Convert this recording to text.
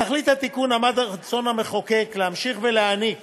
בתכלית התיקון עמד רצון המחוקק להמשיך ולהעניק